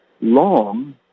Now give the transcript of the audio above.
long